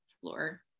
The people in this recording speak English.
floor